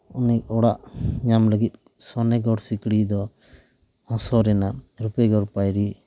ᱩᱱᱤ ᱚᱲᱟᱜ ᱧᱟᱢ ᱞᱟᱹᱜᱤᱫ ᱥᱚᱱᱮᱜᱚᱲ ᱥᱤᱠᱲᱤ ᱫᱚ ᱦᱚᱥᱚᱨ ᱮᱱᱟ ᱨᱩᱯᱮᱜᱚᱲ ᱯᱟᱸᱭᱲᱤ